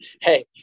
Hey